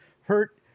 hurt